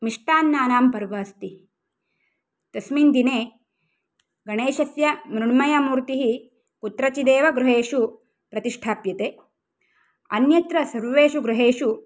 मिष्टान्नानां पर्व अस्ति तस्मिन्दिने गणेशस्य मृण्मयमूर्तिः कुत्रचिदेव गृहेषु प्रतिष्ठाप्यते अन्यत्र सर्वेषु गृहेषु